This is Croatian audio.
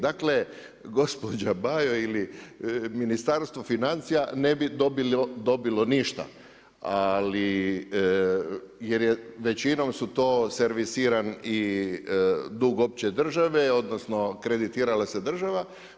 Dakle gospođa Bajo ili Ministarstvo financija ne bi dobilo ništa jer većinom su to servisiran i dug opće države odnosno kreditirala se država.